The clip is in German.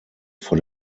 vor